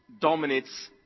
dominates